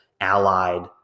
allied